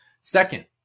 Second